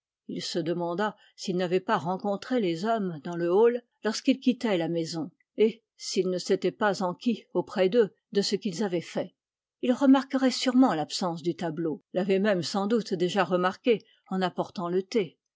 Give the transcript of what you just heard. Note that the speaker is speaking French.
il se demanda s'il n'avait pas rencontré les hommes dans le hall alors qu'ils quittaient la maison et s'il ne s'était pas enquis auprès d'eux de ce qu'ils avaient fait il remarquerait sûrement l'absence du tableau l'avait même sans doute déjà remarquée en apportant le thé